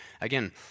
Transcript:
Again